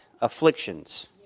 afflictions